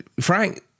frank